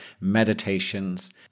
meditations